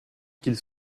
qu’ils